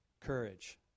courage